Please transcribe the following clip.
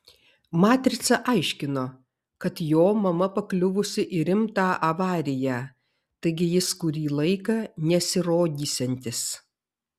matrica aiškino kad jo mama pakliuvusi į rimtą avariją taigi jis kurį laiką nesirodysiantis